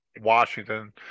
Washington